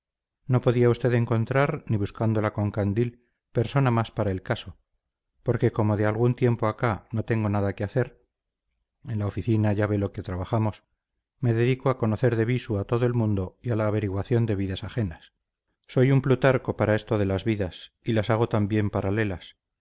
no podía usted encontrar ni buscándola con candil persona más para el caso porque como de algún tiempo acá no tengo nada que hacer en la oficina ya ve lo que trabajamos me dedico a conocer de visu a todo el mundo y a la averiguación de vidas ajenas soy un plutarco para esto de las vidas y las hago también paralelas